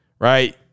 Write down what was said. right